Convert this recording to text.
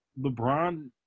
LeBron